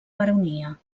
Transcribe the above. baronia